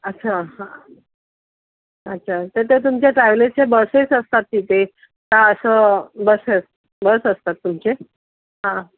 अच्छा हां अच्छा तर त्या तुमच्या ट्रॅव्हलेजच्या बसेस असतात तुमच्या तिथे का असं बस बस असतात तुमचे हां